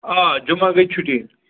آ جمعہ گٔے چھُٹی